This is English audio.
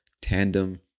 Tandem